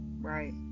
right